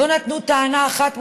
לא נתנו טענה אחת מוצדקת.